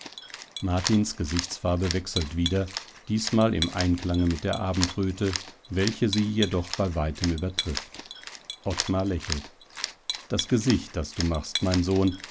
martins gesichtsfarbe wechselt wieder diesmal im einklange mit der abendröte welche sie jedoch bei weitem übertrifft ottmar lächelt das gesicht das du machst mein sohn